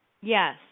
Yes